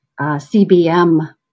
CBM